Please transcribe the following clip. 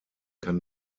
kann